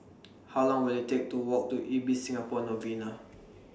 How Long Will IT Take to Walk to Ibis Singapore Novena